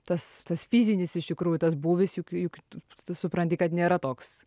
tas tas fizinis iš tikrųjų tas būvis juk juk tu tu supranti kad nėra toks